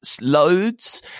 loads